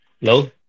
Hello